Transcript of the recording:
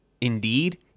indeed